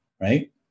Right